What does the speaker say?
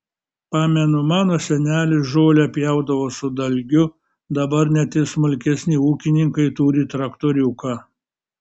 pamenu mano senelis žolę pjaudavo su dalgiu dabar net ir smulkesni ūkininkai turi traktoriuką